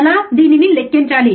ఎలా దీనిని లెక్కించాలి